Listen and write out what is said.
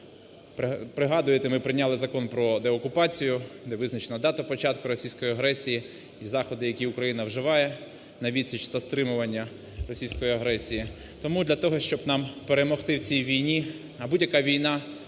ми прийняли Закон про деокупацію, де визначена дата початку російської агресії, і заходи, які Україна вживає на відсіч та стримування російської агресії. Тому для того, щоб нам перемогти в цій війни, а будь-яка війна